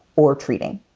or treating.